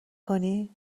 کنی